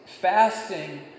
Fasting